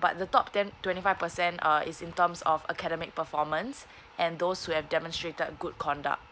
but the top ten twenty five percent uh is in terms of academic performance and those who have demonstrated good conduct